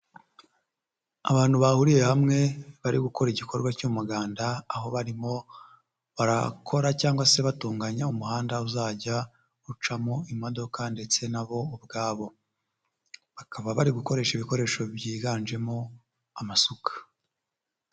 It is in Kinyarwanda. Abantu bahuriye hamwe bari gukora igikorwa cy'umuganda aho barimo barakora cyangwa se batunganya umuhanda uzajya ucamo imodoka ndetse na bo ubwabo, bakaba bari gukoresha ibikoresho byiganjemo amasuka.